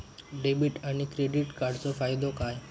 Debit आणि credit कार्डचो फायदो काय?